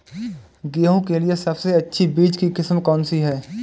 गेहूँ के लिए सबसे अच्छी बीज की किस्म कौनसी है?